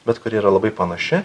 bet kuri yra labai panaši